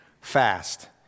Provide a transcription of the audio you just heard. Fast